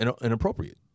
inappropriate